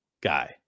guy